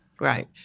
Right